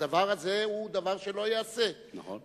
הדבר הזה הוא דבר שלא ייעשה, נכון.